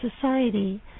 society